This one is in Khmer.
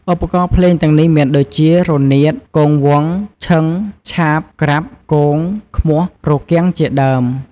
ឧបករណ៍ភ្លេងទាំងនេះមានដូចជា រនាត គងវង់ ឈឹង ឆាប ក្រាប់ គង ឃ្មោះ រគាំងជាដើម។